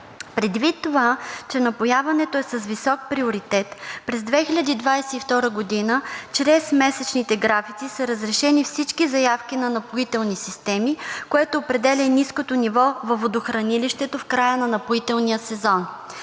Предвид това, че напояването е с висок приоритет през 2022 г. чрез месечните графици са разрешени всички заявки на „Напоителни системи“, което определя и ниското ниво във водохранилището в края на напоителния сезон.